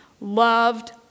loved